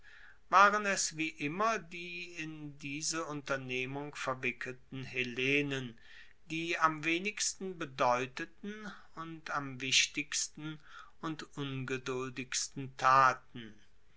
waren es wie immer die in diese unternehmung verwickelten hellenen die am wenigsten bedeuteten und am wichtigsten und ungeduldigsten taten